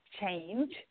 change